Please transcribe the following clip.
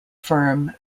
firm